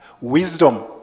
wisdom